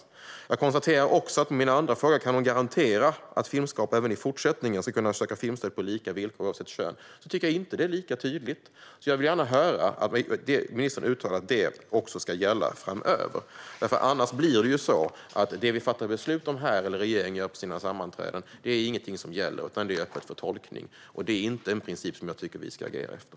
Jag konstaterar också att det inte är lika tydligt när det gäller min andra fråga, det vill säga om ministern kan garantera att filmskapare även i fortsättningen ska kunna söka filmstöd på lika villkor oavsett kön. Jag vill därför gärna höra ministern uttala att det också ska gälla framöver. Annars blir det nämligen så att det vi fattar beslut om här eller det regeringen gör på sina sammanträden inte är något som gäller utan är öppet för tolkning. Det är inte en princip jag tycker att vi ska agera efter.